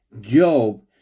Job